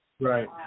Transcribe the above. Right